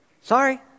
Sorry